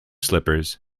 slippers